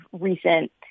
recent